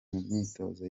myitozo